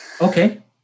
Okay